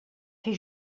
fer